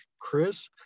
Chris